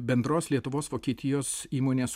bendros lietuvos vokietijos įmonės